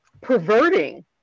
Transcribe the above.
perverting